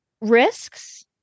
risks